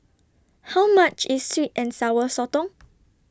How much IS Sweet and Sour Sotong